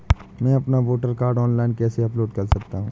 मैं अपना voter card online कैसे अपलोड कर सकता हूँ?